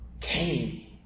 came